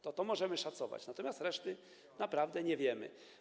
To możemy szacować, natomiast reszty naprawdę nie wiemy.